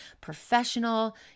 professional